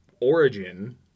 origin